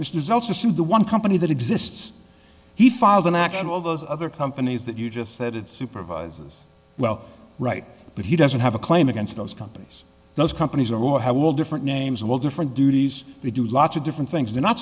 misuse also sued the one company that exists he filed an act and all those other companies that you just said supervises well right but he doesn't have a claim against those companies those companies are all have all different names of all different duties they do lots of different things they're not